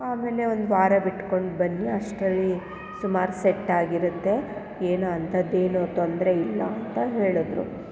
ಆಮೇಲೆ ಒಂದು ವಾರ ಬಿಟ್ಕೊಂಡು ಬನ್ನಿ ಅಷ್ಟರಲ್ಲಿ ಸುಮಾರು ಸೆಟ್ಟಾಗಿರುತ್ತೆ ಏನು ಅಂಥದ್ದು ಏನು ತೊಂದರೆ ಇಲ್ಲ ಅಂತ ಹೇಳಿದ್ರು